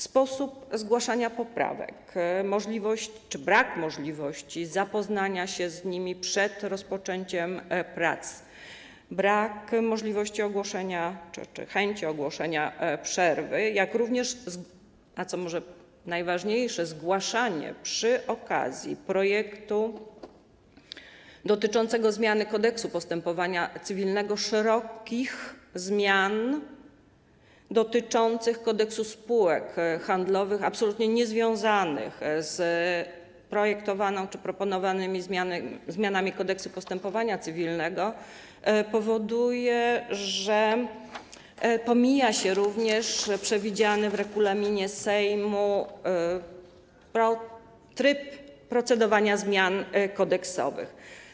Sposób zgłaszania poprawek, możliwość czy brak możliwości zapoznania się z nimi przed rozpoczęciem prac, brak możliwości ogłoszenia czy chęci ogłoszenia przerwy, jak również - co może najważniejsze - zgłaszanie przy okazji projektu dotyczącego zmiany Kodeksu postępowania cywilnego szerokich zmian dotyczących Kodeksu spółek handlowych, absolutnie niezwiązanych z proponowanymi zmianami Kodeksu postępowania cywilnego powodują, że pomija się również przewidziany w regulaminie Sejmu tryb procedowania zmian kodeksowych.